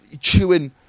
Chewing